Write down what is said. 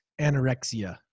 anorexia